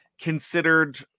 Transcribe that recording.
considered